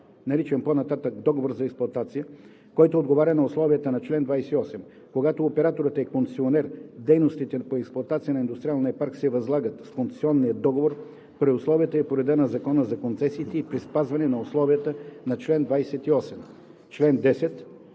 наричан по-нататък „договор за експлоатация“, който отговаря на условията на чл. 28. Когато операторът е концесионер, дейностите по експлоатация на индустриалния парк се възлагат с концесионния договор при условията и по реда на Закона за концесиите и при спазване на условията на чл. 28.“